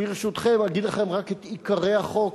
ברשותכם, אפרט בפניכם רק את עיקרי החוק,